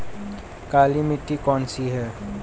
काली मिट्टी कौन सी है?